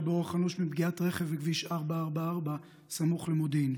באורח אנוש מפגיעת רכב בכביש 444 סמוך למודיעין.